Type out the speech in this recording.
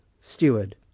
Steward